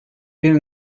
bir